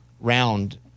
round